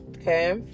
Okay